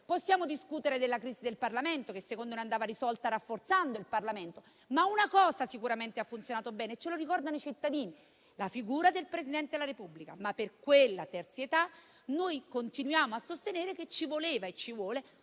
possiamo discutere della crisi del Parlamento, che secondo noi andava risolta rafforzandolo ma una cosa sicuramente ha funzionato bene e ce lo ricordano i cittadini: è la figura del Presidente della Repubblica. Per quella terzietà però continuiamo a sostenere che ci voleva e ci vuole